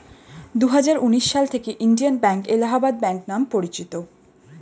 দুহাজার উনিশ সাল থেকে ইন্ডিয়ান ব্যাঙ্ক এলাহাবাদ ব্যাঙ্ক নাম পরিচিত